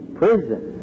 prison